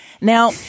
Now